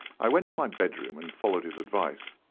i went to my bedroom and followed his advice.